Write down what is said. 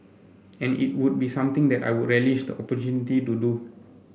and it would be something that I would relish the opportunity to do